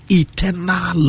eternal